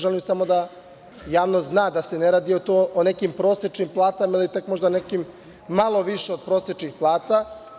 Želim samo da javnost zna se ne radi tu o nekim prosečnim platama ili tek možda nekim malo više od prosečnih plata.